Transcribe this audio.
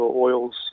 oils